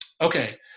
Okay